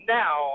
now